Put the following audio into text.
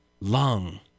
lung